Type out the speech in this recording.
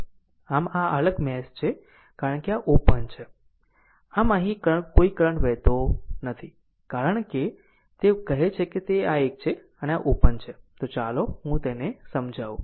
આમ આ એક અલગ મેશ છે કારણ કે આ ઓપન છે આમ અહીં કોઈ કરંટ વહેતો નથી કારણ કે તે કહે છે કે તે આ એક છે આ આ ઓપન છે તો ચાલો હું તેને સમજાવું